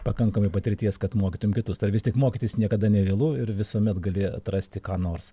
pakankamai patirties kad mokytum kitus ar vis tik mokytis niekada nevėlu ir visuomet gali atrasti ką nors